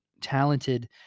talented